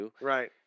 Right